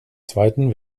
zweiten